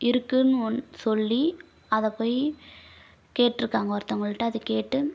இருக்குன்னு ஒன் சொல்லி அதை போய் கேட்டிடுருக்காங்க ஒருத்தவங்கள்கிட்ட அதை கேட்டு